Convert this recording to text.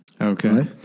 Okay